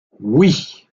oui